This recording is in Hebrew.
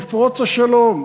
יפרוץ השלום,